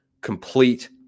complete